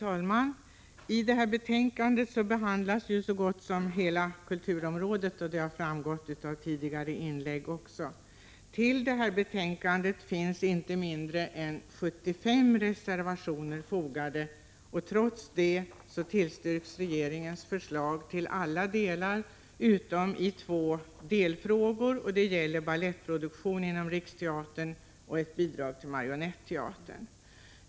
Fru talman! I detta betänkande behandlas ju så gott som hela kulturområdet, vilket också har framgått av tidigare inlägg. Till betänkandet finns inte mindre än 75 reservationer fogade. Trots det tillstyrks regeringens förslag till alla delar, utom i två delfrågor, nämligen balettproduktion inom riksteatern samt ett bidrag till Marionetteatern.